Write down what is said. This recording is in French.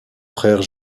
frère